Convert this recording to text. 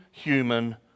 Human